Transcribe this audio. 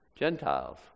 Gentiles